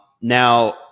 Now